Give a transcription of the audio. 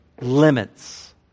limits